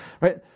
right